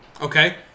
Okay